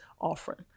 offering